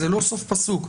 זה לא סוף פסוק.